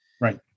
Right